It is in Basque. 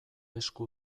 esku